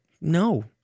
no